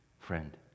Friend